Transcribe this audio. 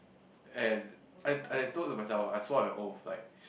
and I I've told to myself I swear to oath like